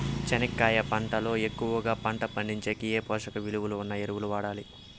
చెనక్కాయ పంట లో ఎక్కువగా పంట వచ్చేకి ఏ పోషక విలువలు ఉన్న ఎరువులు వాడాలి?